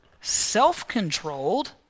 self-controlled